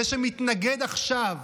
זה שמתנגד עכשיו